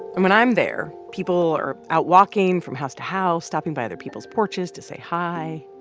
and when i'm there, people are out walking from house to house, stopping by other people's porches to say hi.